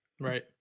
Right